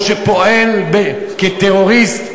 או שפועל כטרוריסט,